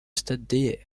stade